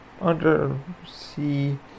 undersea